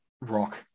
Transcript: rock